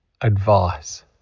advice